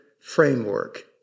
framework